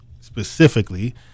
specifically